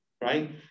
right